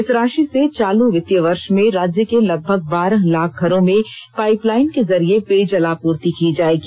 इस राशि से चालू वित्तीय वर्ष में राज्य के लगभग बारह लाख घरों में पाइपलाइन के जरिए पेयजलापूर्ति की जाएगी